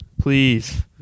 please